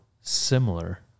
similar